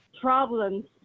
problems